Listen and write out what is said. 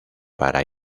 para